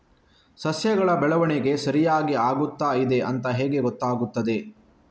ಸಸ್ಯಗಳ ಬೆಳವಣಿಗೆ ಸರಿಯಾಗಿ ಆಗುತ್ತಾ ಇದೆ ಅಂತ ಹೇಗೆ ಗೊತ್ತಾಗುತ್ತದೆ?